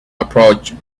approached